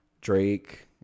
Drake